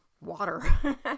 water